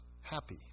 happy